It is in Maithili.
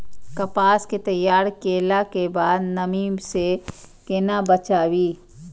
कपास के तैयार कैला कै बाद नमी से केना बचाबी?